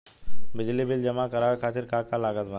बिजली बिल जमा करावे खातिर का का लागत बा?